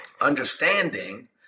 Understanding